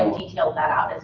and detailed that out,